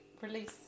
release